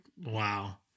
wow